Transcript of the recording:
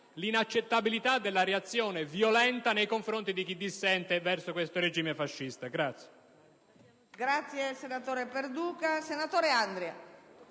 l'inaccettabilità della reazione violenta nei confronti di chi dissente verso questo regime fascista.